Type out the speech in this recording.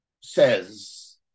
says